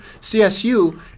CSU